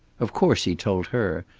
of course he told her,